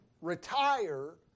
retire